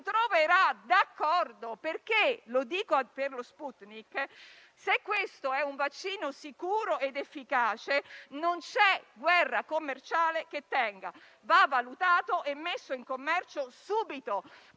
troverà d'accordo. Se lo Sputnik è un vaccino sicuro ed efficace, non c'è guerra commerciale che tenga. Va valutato e messo in commercio subito,